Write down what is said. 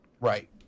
Right